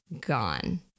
gone